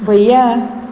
भैया